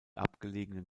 abgelegenen